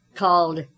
called